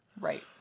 Right